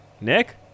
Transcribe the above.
Nick